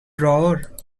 drawer